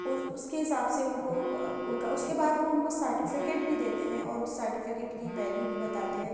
اُس اُس کے حساب سے اُن کو اُس کے بعد وہ اُن کو سرٹیفکیٹ بھی دیتے ہیں اور اُس سرٹیفکیٹ کی ویلیو بھی بتاتے ہیں